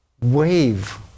wave